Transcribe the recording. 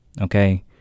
okay